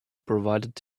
provided